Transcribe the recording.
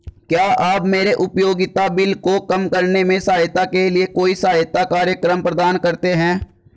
क्या आप मेरे उपयोगिता बिल को कम करने में सहायता के लिए कोई सहायता कार्यक्रम प्रदान करते हैं?